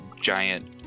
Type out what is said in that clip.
giant